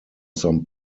some